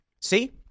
see